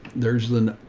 there's the, ah,